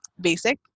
basic